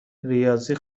ریاضی